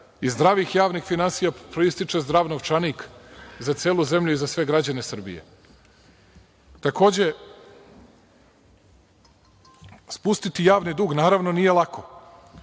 Iz zdravih javnih finansija proističe zdrav novčanik za celu zemlju i za sve građane Srbije. Takođe, spustiti javni dug naravno nije lako